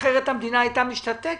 אחרת המדינה הייתה משתתקת.